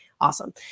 awesome